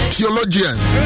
Theologians